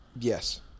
Yes